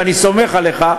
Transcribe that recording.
ואני סומך עליך,